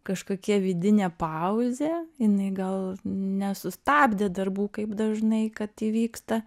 kažkokia vidinė pauzė jinai gal nesustabdė darbų kaip dažnai kad įvyksta